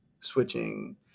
switching